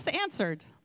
answered